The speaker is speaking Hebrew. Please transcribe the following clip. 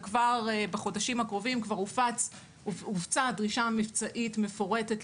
וכבר בחודשים הקרובים הופצה הדרישה המבצעית המפורטת,